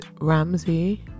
Ramsey